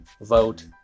vote